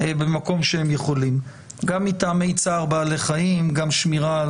גם בסיטואציה הרגילה וגם בסיטואציה של